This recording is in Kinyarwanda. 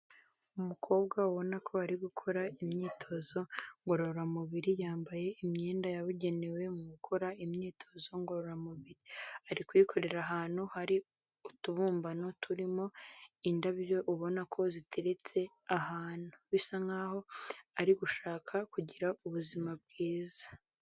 Umukobwa ubona ko ari gukora imyitozo ngororamubiri yambaye imyenda yabugenewe mu gukora imyitozo ngororamubiri, ari kuyikorera ahantu hari utubumbano turimo indabyo ubona ko ziteretse ahantu bisa nkaho ari gushaka kugira ubuzima bwiza.